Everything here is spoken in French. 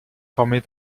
formée